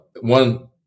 one